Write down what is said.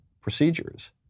procedures